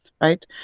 right